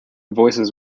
voices